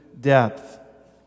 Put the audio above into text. depth